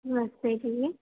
ਨਮਸਤੇ ਜੀ